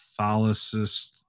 Catholicist